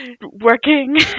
working